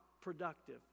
productive